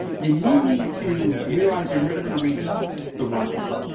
then you need to realize you're never going to reach the runway,